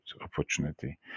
opportunity